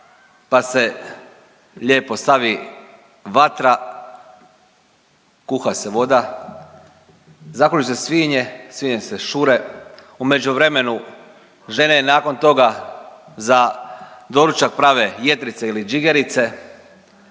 pa se lijepo stavi vatra, kuha se voda, zakolju se svinje, svinje se šure, u međuvremenu žene nakon toga za doručak prave jetrica ili đigerice,